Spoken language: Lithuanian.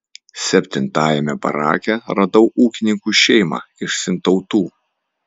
septintajame barake radau ūkininkų šeimą iš sintautų